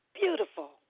beautiful